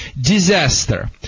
Disaster